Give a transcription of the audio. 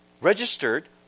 Registered